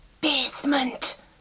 Basement